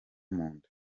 munda